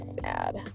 sad